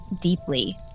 deeply